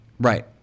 Right